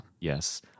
Yes